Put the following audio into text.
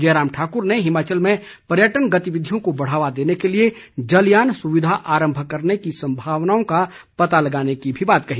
जयराम ठाकुर ने हिमाचल में पर्यटन गतिविधियों को बढ़ावा देने के लिए जलयान सुविधा आरम्भ करने की संभावनाओं का पता लगाने की भी बात कही